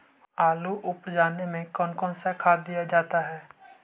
आलू ओवर जाने में कौन कौन सा खाद दिया जाता है?